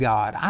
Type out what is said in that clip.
God